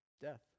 death